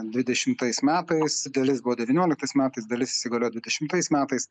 dvidešimtais metais dalis buvo devynioliktais metais dalis įsigaliojo dvidešimtais metais